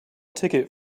ticket